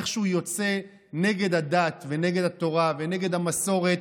איך שהוא יוצא נגד הדת ונגד התורה ונגד המסורת,